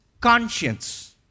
conscience